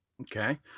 Okay